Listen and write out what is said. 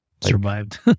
Survived